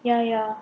ya ya